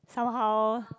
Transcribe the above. somehow